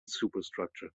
superstructure